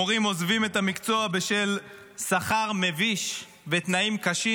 מורים עוזבים את המקצוע בשל שכר מביש ותנאים קשים.